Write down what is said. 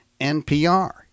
NPR